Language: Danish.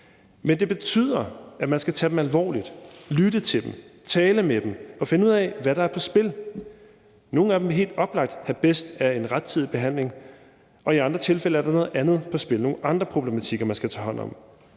Men det betyder, at man skal tage dem alvorligt, lytte til dem, tale med dem og finde ud af, hvad der er på spil. Nogle af dem vil helt oplagt have bedst af en rettidig behandling, og i andre tilfælde er der noget andet på spil, nogle andre problematikker, man skal tage hånd om.